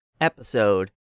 episode